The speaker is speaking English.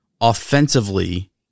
offensively